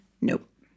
nope